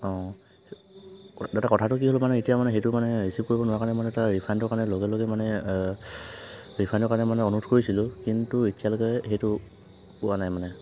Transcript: অ' দাদা কথাটো কি হ'ল মানে এতিয়া মানে সেইটো মানে ৰিচিভ কৰিব নোৱাৰা কাৰণে মানে তাৰ ৰিফাণ্ডটোৰ কাৰণে লগে লগে মানে ৰিফাণ্ডৰ কাৰণে মানে অনুৰোধ কৰিছিলো কিন্তু এতিয়ালৈকে সেইটো পোৱা নাই মানে